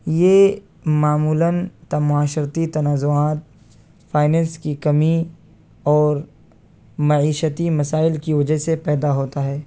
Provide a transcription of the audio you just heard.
یہ معمولاً تا معاشرتی تنازعات فائیننس کی کمی اور معیشتی مسائل کی وجہ سے پیدا ہوتا ہے